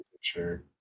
sure